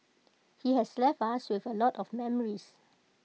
he has left us with A lot of memories